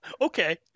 Okay